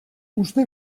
uste